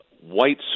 white